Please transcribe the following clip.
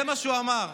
זה מה שהוא אמר.